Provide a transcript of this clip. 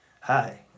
Hi